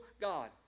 God